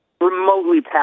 remotely